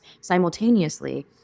simultaneously